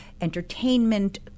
entertainment